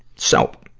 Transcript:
so,